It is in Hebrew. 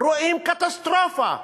רואים קטסטרופה,